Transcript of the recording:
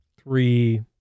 three